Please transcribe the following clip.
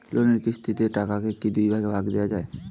লোনের কিস্তির টাকাকে কি দুই ভাগে দেওয়া যায়?